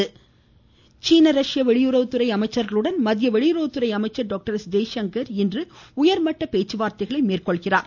ஜெய்சங்கர் சீனா ரஷ்யா வெளியறவுத்துறை அமைச்சர்களுடன் மத்திய வெளியுறவுத்துறை அமைச்சர் டாக்டர் எஸ் ஜெய்சங்கர் இன்று உயர் மட்ட பேச்சுவார்தைகளை மேற்கொள்கிறார்